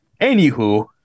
anywho